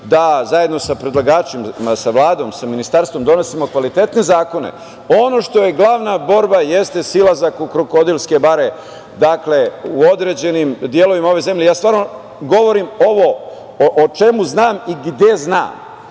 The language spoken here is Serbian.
da zajedno sa predlagačima, sa Vladom, sa ministarstvom donesemo kvalitetne zakone. Ono što je glavna borba jeste silazak u krokodilske bare, dakle, u određenim delovima ove zemlje. Stvarno govorim ono o čemu znam. Znači,